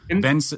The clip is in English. Ben